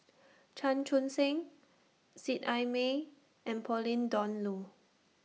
Chan Chun Sing Seet Ai Mee and Pauline Dawn Loh